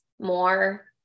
more